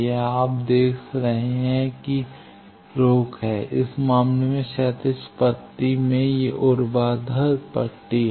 यह आप देख रहे हैं कि रोक है इस मामले में क्षैतिज पट्टी में ये ऊर्ध्वाधर पट्टी हैं